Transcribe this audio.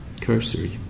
cursory